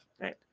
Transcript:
Right